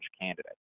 candidate